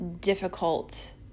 difficult